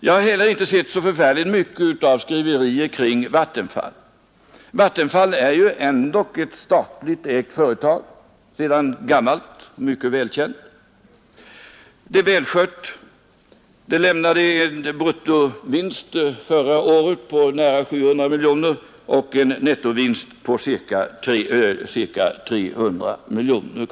Jag har heller inte sett så förfärligt mycket av skriverier kring Vattenfall. Vattenfall är ju ändå ett statligt ägt företag sedan gammalt och mycket välkänt. Det är välskött. Det lämnade en bruttovinst förra året på nära 700 miljoner och en nettovinst på ca 300 miljoner.